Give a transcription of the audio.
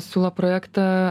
siūlo projektą